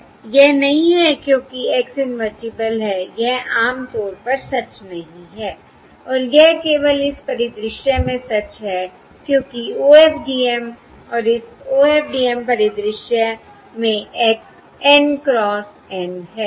यह नहीं है क्योंकि X इन्वर्टिबल है यह आम तौर पर सच नहीं है और यह केवल इस परिदृश्य में सच है क्योंकि OFDM और इस OFDM परिदृश्य में X N क्रॉस N है